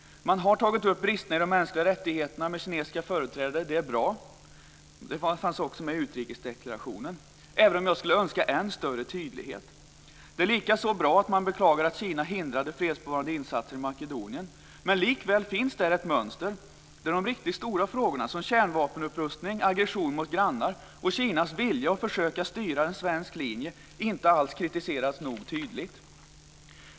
Man har tagit upp bristerna när det gäller de mänskliga rättigheterna med kinesiska företrädare. Det är bra - det fanns också med i utrikesdeklarationen - även om jag skulle önska en än större tydlighet. Det är likaså bra att man beklagade att Kina hindrade fredsbevarande insatser i Makedonien. Men likväl finns det ett mönster där de riktigt stora frågorna, som kärnvapenupprustning, aggression mot grannar och Kinas vilja och försök att styra en svensk linje, inte kritiseras nog tydligt.